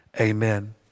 Amen